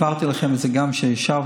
הבהרתי לכם את זה גם כשישבנו.